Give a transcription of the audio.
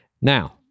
Now